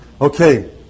okay